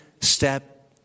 step